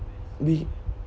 we